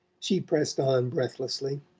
she pressed on breathlessly.